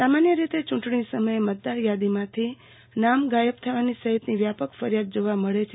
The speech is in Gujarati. સામાન્ય રીતે યુટણી સમયે મતદારયાદીમાંથી નામ ગાયબ થવા સહિતની વ્યાપક ફરિયાદ જોવા મળે છે